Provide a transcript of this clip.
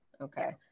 okay